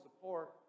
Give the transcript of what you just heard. support